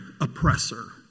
oppressor